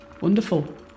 Wonderful